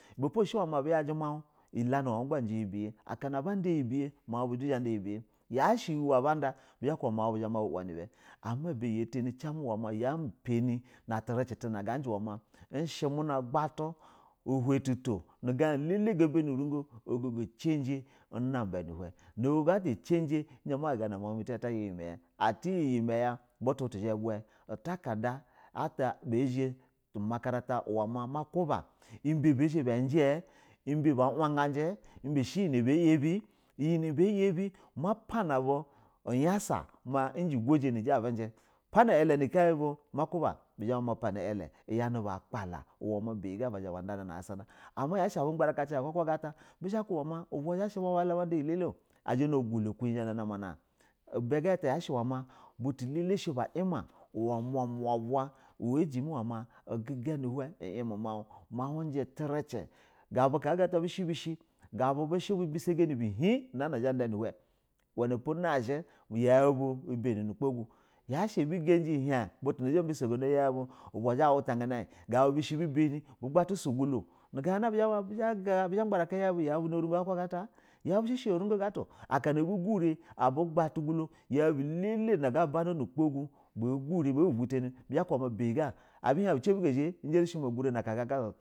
Ibɛ po yashɛ a bu yaji ma alu ileni uula ma ɛjɛ yi ubiya aba da iyɛ biyɛ mawu bu du zha ada iyɛ biyɛ mawu bu du zha ada iyɛ biyɛ yashɛ iyi wɛ a ba da bizhɛ ba kuba ma azha du ma buwa ni ɛbɛ ibɛ ya pani ya tani ci na tun ci turu ga jɛ, ishɛ muna gba tu uhin tato ganana ɛlɛlɛ ga banɛ urugo ogogo a cijin unaba nubin hin ogogo ata cijin tizha ta guga nu mawu mimi ta ya iyɛ mayɛ butu butu zha ba bwɛ utata ka da ata bagazha umakarata uwɛ ma ma kuba ibɛ bɛ zhɛ bɛja ɛbɛ ba yabɛ iyɛ na ba ya bɛ mapana bu uyasa nu goji nu yiji abuji, pana iyalɛ nu kayi bu buzha bapanai iyani bu a gballa uwɛ ma biyɛ ga ba zha bada nana sasana ama yashɛ abu gbɛ raci, bu gana ata uba zha shɛ ba alla da iyɛ a lɛlɛ o azha na nogulo guyi zha na na mana a ibɛ gatata yasha uwɛ ma butu ba lɛlɛ shɛ ba yɛ ma uwa mumu ba ajimɛ uwa ma uguga nu hin imɛ mawu iji trici ga buga ta bushɛ bishɛ gabu bu shɛ bi bisaganɛ bɛ hin una zha ya ada nu hin uwɛ napo nazhɛ yau bu ubani nu ugbo gu yashɛ abu gaji yau bu butal na zha hlutangana in uba zha ba bisogono in gabu bishɛ bi ba ni bu gba tu su ugulo gana tu ba ya gabu bishɛ yau bu na rugo hakala gana ata yau bu shɛ shɛ yarogo ga na ata o abu gurɛ a bugba tu ugulo yahi bu lele na ga bena nu gba gu ba gu rɛ ba bu butani a bi hin bu ci a buga zha ɛjɛrishɛ uwɛ ma ugurɛ na aka kaa ga ga ya.